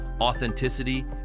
authenticity